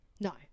No